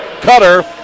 cutter